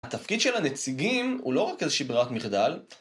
התפקיד של הנציגים הוא לא רק איזושהי ברירת מרדל